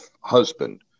husband